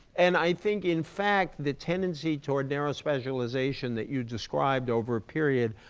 and i think, in fact, the tendency toward narrow specialization that you described over a period,